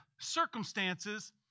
circumstances